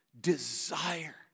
desire